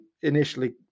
initially